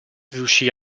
riuscì